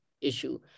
issue